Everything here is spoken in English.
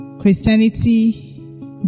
Christianity